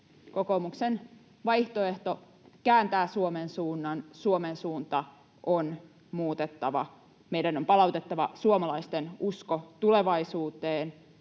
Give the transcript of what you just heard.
Kokoomuksen vaihtoehto kääntää Suomen suunnan. Suomen suunta on muutettava. Meidän on palautettava suomalaisten usko tulevaisuuteen,